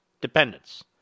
dependence